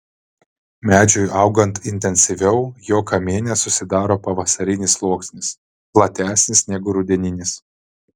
medžiui augant intensyviau jo kamiene susidaro pavasarinis sluoksnis platesnis negu rudeninis